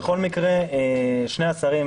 בכל מקרה שני השרים